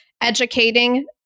educating